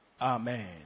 Amen